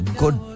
good